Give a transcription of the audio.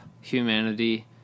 humanity